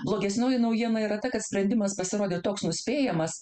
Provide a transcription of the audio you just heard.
blogesnioji naujiena yra ta kad sprendimas pasirodė toks nuspėjamas